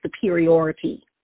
superiority